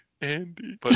andy